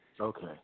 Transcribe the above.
Okay